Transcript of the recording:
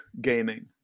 gaming